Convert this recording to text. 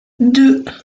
deux